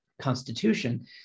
constitution